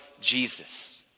Jesus